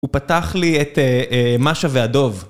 הוא פתח לי את משה והדוב